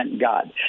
God